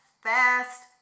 Fast